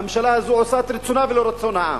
הממשלה הזאת עושה את רצונה ולא את רצון העם,